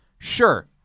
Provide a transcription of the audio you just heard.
Sure